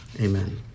Amen